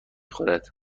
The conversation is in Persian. خورد